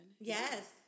Yes